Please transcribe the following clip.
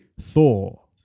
Thor